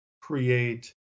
create